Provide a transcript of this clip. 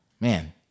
man